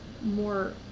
more